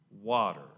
water